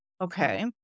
Okay